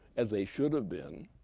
as they should have been,